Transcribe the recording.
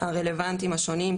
הרלוונטיים השונים,